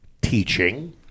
teaching